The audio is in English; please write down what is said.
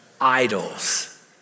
Idols